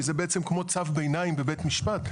זה בעצם כמו צו ביניים בבית משפט,